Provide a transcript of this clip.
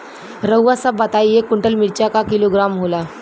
रउआ सभ बताई एक कुन्टल मिर्चा क किलोग्राम होला?